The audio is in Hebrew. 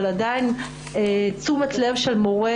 אבל תשומת לב של מורה,